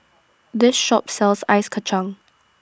This Shop sells Ice Kacang